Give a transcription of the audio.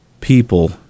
people